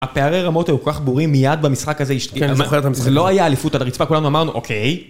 הפערי רמות היו כל כך ברורים מיד במשחק הזה, אני זוכר את המשחק הזה. זה לא היה אליפות על הרצפה, כולנו אמרנו אוקיי.